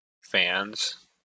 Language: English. fans